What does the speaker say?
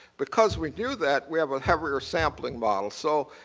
because we do that, we have a heavier sampling model. so